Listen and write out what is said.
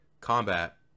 Combat